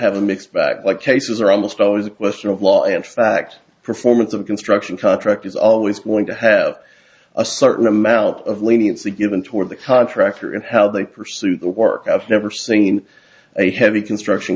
have a mixed bag like cases are almost always a question of law and fact performance of construction contract is always going to have a certain amount of leniency given toward the contractor and how they pursue the work i've never seen a heavy construction